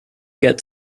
get